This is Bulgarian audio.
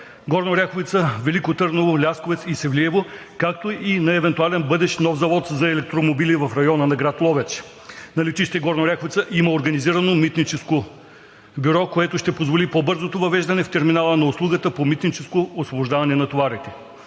Горна Оряховица, Велико Търново, Лясковец и Севлиево, както и на евентуален бъдещ нов завод за електромобили в района на град Ловеч. На летище Горна Оряховица има организирано митническо бюро, което ще позволи по-бързото въвеждане в терминала на услугата, по митническо освобождаване на товарите.